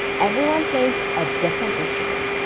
everyone plays a different instrument.